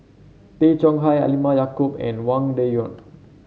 Tay Chong Hai Halimah Yacob and Wang Dayuan